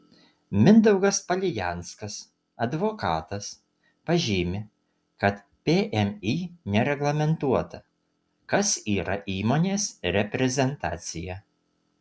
mindaugas palijanskas advokatas pažymi kad pmį nereglamentuota kas yra įmonės reprezentacija